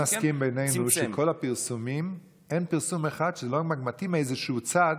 בוא נסכים בינינו שבכל הפרסומים אין פרסום אחד שהוא לא מגמתי מאיזשהו צד